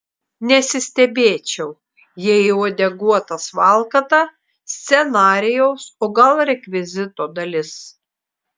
nesistebėčiau jei uodeguotas valkata scenarijaus o gal rekvizito dalis